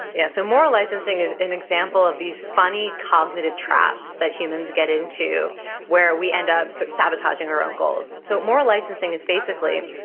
yeah. so moral licensing is an example of these funny cognitive traps that humans get into where we end up so sabotaging our own goals. so moral licensing is basically,